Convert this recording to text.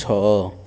ଛଅ